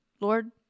Lord